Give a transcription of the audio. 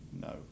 no